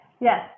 Yes